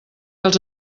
els